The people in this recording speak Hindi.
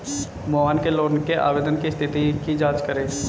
मोहन के लोन के आवेदन की स्थिति की जाँच करें